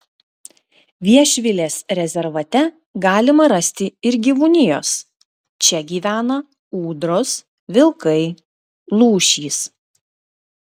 viešvilės rezervate galima rasti ir gyvūnijos čia gyvena ūdros vilkai lūšys